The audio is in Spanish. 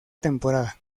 temporada